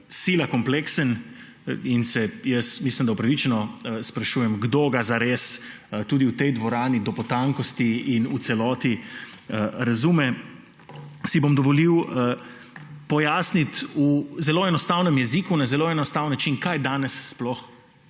sila kompleksen, se jaz, mislim, da upravičeno, sprašujem, kdo ga zares tudi v tej dvorani do potankosti in v celoti razume. Dovolil si bom pojasniti v zelo enostavnem jeziku, na zelo enostaven način, kaj danes sploh